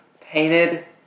painted